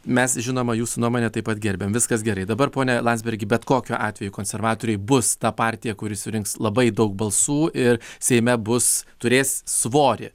mes žinoma jūsų nuomonę taip pat gerbiam viskas gerai dabar pone landsbergi bet kokiu atveju konservatoriai bus ta partija kuri surinks labai daug balsų ir seime bus turės svorį